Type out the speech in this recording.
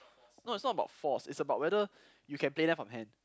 no it's not about fours it's about whether you can play them from hand